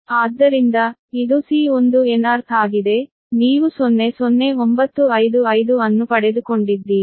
ಆದ್ದರಿಂದ ಇದು C1n ಅರ್ಥ್ ಆಗಿದೆ ನೀವು 00955 ಅನ್ನು ಪಡೆದುಕೊಂಡಿದ್ದೀರಿ